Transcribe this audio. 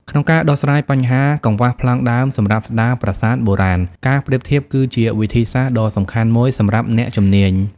ក្នុងការដោះស្រាយបញ្ហាកង្វះប្លង់ដើមសម្រាប់ស្ដារប្រាសាទបុរាណ ការប្រៀបធៀបគឺជាវិធីសាស្ត្រដ៏សំខាន់មួយសម្រាប់អ្នកជំនាញ។